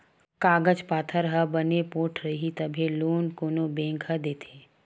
कागज पाथर ह बने पोठ रइही तभे लोन कोनो बेंक ह देथे